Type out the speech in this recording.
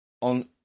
On